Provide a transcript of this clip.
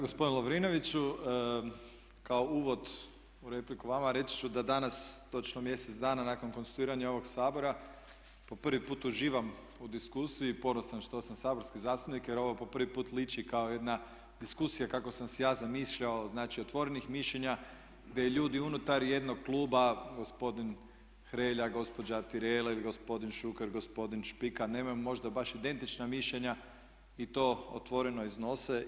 Gospodine Lovrinoviću kao uvod u repliku vama reći ću danas točno mjesec dana nakon konstituiranja ovog Sabora po prvi put uživam u diskusiji ponosan što sam saborski zastupnik jer ovo po prvi put liči kao jedna diskusija kako sam si ja zamišljao, znači otvorenih mišljenja, gdje ljudi unutar jednog kluba gospodin Hrelja, gospođa Tireli, gospodin Šuker, gospodin Špika nemaju možda baš identična mišljenja i to otvoreno iznose.